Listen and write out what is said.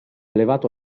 allevato